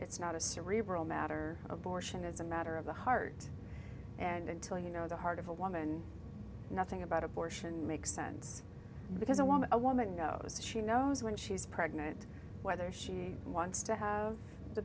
it's not a cerebral matter abortion is a matter of the heart and until you know the heart of a woman nothing about abortion makes sense because a woman a woman goes she knows when she's pregnant whether she wants to have the